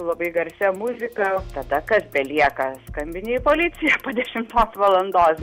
labai garsia muzika tada kas belieka skambini į policiją po dešimtos valandos